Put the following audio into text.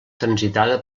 transitada